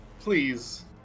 Please